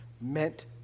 meant